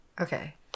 Okay